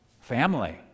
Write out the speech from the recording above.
family